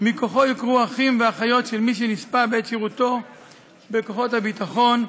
שמכוחו יוכרו אחים ואחיות של מי שנספה בעת שירותו בכוחות הביטחון,